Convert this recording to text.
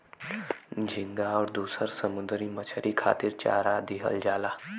झींगा आउर दुसर समुंदरी मछरी खातिर चारा दिहल जाला